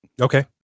okay